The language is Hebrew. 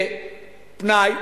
כפנאי,